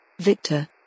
Victor